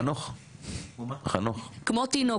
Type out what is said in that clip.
כמו תינוק,